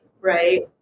Right